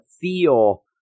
feel